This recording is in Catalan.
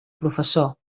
professor